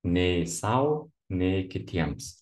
nei sau nei kitiems